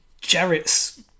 Jarrett's